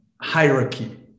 hierarchy